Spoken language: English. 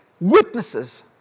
witnesses